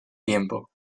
tiempo